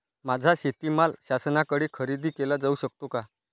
माझा शेतीमाल शासनाकडे खरेदी केला जाऊ शकतो का?